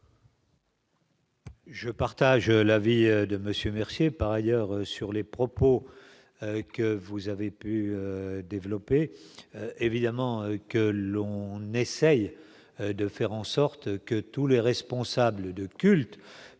Je partage l'avis de Monsieur Mercier, par ailleurs, sur les propos que vous avez pu développer évidemment que l'on essaye de faire en sorte que tous les responsables de culte